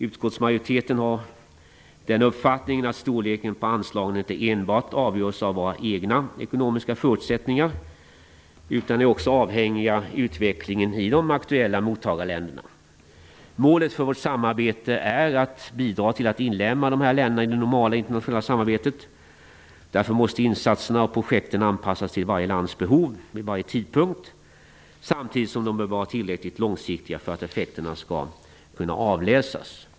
Utskottsmajoriteten har den uppfattningen att storleken på anslagen inte enbart avgörs av våra egna ekonomiska förutsättningar, utan också är avhängiga utvecklingen i de aktuella mottagarländerna. Målet för vårt samarbete är att bidra till att inlemma de här länderna i det normala internationella samarbetet. Därför måste insatserna och projekten anpassas till varje lands behov vid varje tidpunkt, samtidigt som de bör vara tillräckligt långsiktiga för att effekterna skall kunna avläsas.